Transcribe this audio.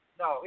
no